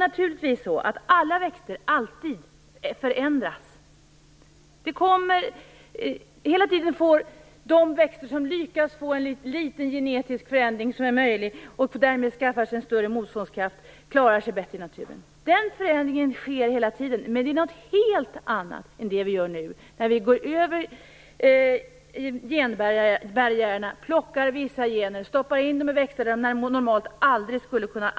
Naturligtvis är det så att alla växter alltid förändras. Hela tiden får de växter som lyckas få små genetiska förändringar som ger större motståndskraft bättre möjligheter att klara sig i naturen. Den förändringen sker hela tiden, men det är något helt annat än det vi gör nu. Vi går över genbarriärerna, plockar vissa gener och stoppar in dem i växter där de normalt aldrig skulle kunna